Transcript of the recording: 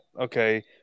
okay